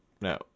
No